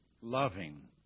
loving